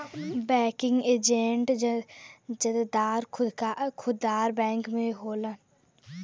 banking agent जादातर खुदरा bank में होलन